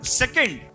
second